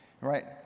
right